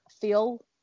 feel